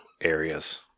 areas